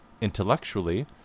intellectually